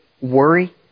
worry